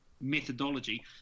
methodology